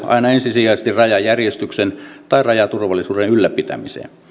aina ensisijaisesti rajajärjestyksen tai rajaturvallisuuden ylläpitämiseen